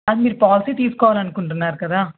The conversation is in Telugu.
మీరు పాలసీ తీసుకోవాలనుకుంటున్నారు కదా